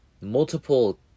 multiple